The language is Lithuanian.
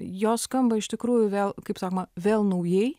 jos skamba iš tikrųjų vėl kaip sakoma vėl naujai